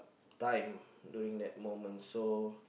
time during that moment so